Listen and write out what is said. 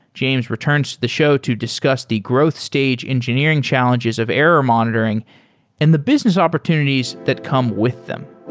james returns to the show to discuss the growth stage engineering challenges of error monitoring and the business opportunities that come with them.